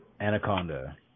Anaconda